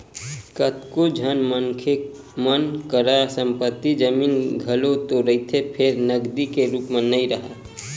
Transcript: कतको झन मनखे मन करा संपत्ति, जमीन, जघा तो रहिथे फेर नगदी के रुप म नइ राहय